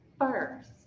first